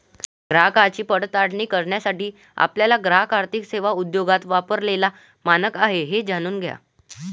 ग्राहकांची पडताळणी करण्यासाठी आपला ग्राहक आर्थिक सेवा उद्योगात वापरलेला मानक आहे हे जाणून घ्या